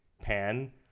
pan